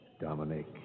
Dominic